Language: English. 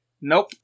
Nope